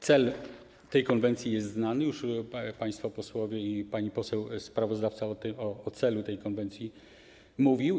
Cel tej konwencji jest znany, państwo posłowie i pani poseł sprawozdawca o celu tej konwencji mówili.